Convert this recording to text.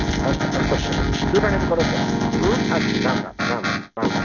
अस्तु अस्तु भोः दूरवाणीं करोतु अस्तु राम् राम् राम् राम् राम राम्